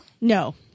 No